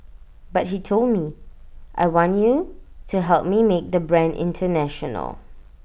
but he told me I want you to help me make the brand International